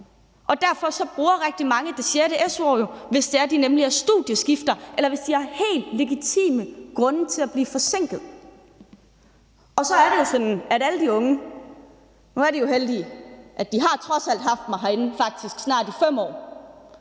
Derfor bruger rigtig mange jo det sjette su-år, hvis det er, de laver studieskift, eller hvis de har helt legitime grunde til at blive forsinkede. Så er det jo sådan, at alle de unge – nu er de jo heldige – trods alt har haft mig herinde i faktisk snart 5 år.